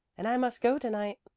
and i must go to-night.